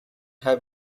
have